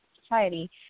society